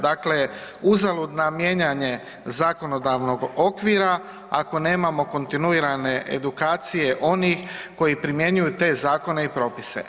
Dakle, uzalud nam mijenjanje zakonodavnog okvira ako nemamo kontinuirane edukacije onih koji primjenjuju te zakone i propise.